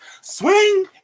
Swing